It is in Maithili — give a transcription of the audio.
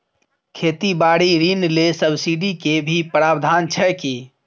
खेती बारी ऋण ले सब्सिडी के भी प्रावधान छै कि?